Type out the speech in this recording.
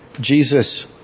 Jesus